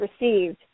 received